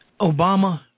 Obama